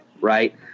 Right